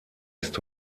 ist